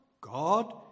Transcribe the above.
God